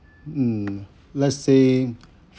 mm let's say